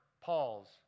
Paul's